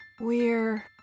We're